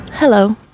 Hello